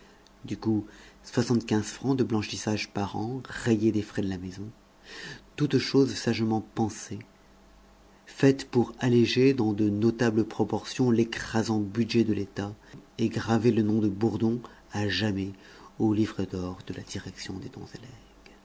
du coup soixante-quinze francs de blanchissage par an rayés des frais de la maison toutes choses sagement pensées faites pour alléger dans de notables proportions l'écrasant budget de l'état et graver le nom de bourdon à jamais au livre d'or de la direction des dons